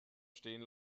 stehen